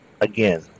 again